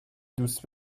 دوست